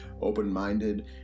open-minded